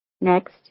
Next